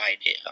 idea